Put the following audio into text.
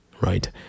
right